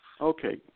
Okay